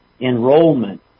enrollment